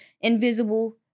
invisible